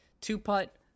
Two-putt